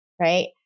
right